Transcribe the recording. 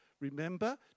Remember